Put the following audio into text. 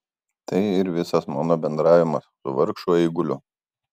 tai ir visas mano bendravimas su vargšu eiguliu